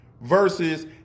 versus